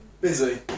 Busy